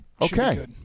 Okay